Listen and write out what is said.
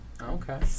Okay